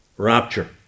Rapture